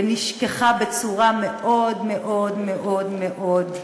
ונשכחה בצורה מאוד מאוד מאוד מאוד,